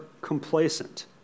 complacent